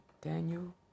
Daniel